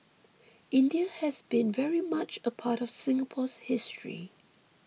India has been very much a part of Singapore's history